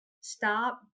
stop